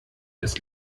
das